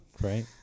Right